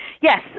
Yes